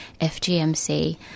FGMC